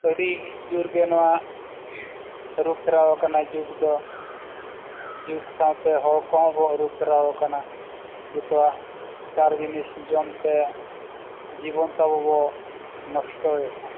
ᱟᱹᱰᱤ ᱡᱳᱨ ᱜᱮ ᱱᱚᱣᱟ ᱟᱹᱨᱩ ᱯᱷᱮᱨᱟᱣ ᱟᱠᱟᱱᱟ ᱡᱩᱜᱽ ᱫᱚ ᱡᱩᱜᱽ ᱥᱟᱶᱛᱮ ᱦᱚᱲ ᱠᱚᱦᱚᱸ ᱵᱚᱱ ᱟᱹᱨᱩ ᱯᱷᱮᱨᱟᱣ ᱟᱠᱟᱱᱟ ᱡᱚᱛᱚᱣᱟᱜ ᱥᱟᱨ ᱡᱤᱱᱤᱥ ᱡᱚᱢ ᱛᱮ ᱡᱤᱵᱚᱱ ᱛᱟᱵᱚ ᱵᱚ ᱱᱚᱥᱴᱚᱭᱮᱜᱼᱟ